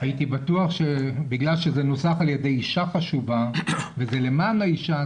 הייתי בטוח שבגלל שזה נוסח על ידי אישה חשובה וזה למען האישה,